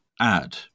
add